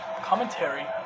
commentary